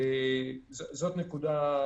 זאת אומרת,